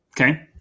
Okay